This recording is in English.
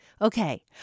Okay